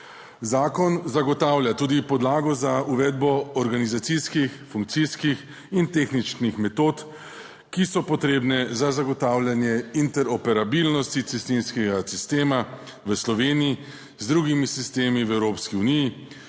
Zakon zagotavlja tudi podlago za uvedbo organizacijskih, funkcijskih in tehničnih metod, ki so potrebne za zagotavljanje interoperabilnosti cestninskega sistema v Sloveniji z drugimi sistemi v Evropski uniji,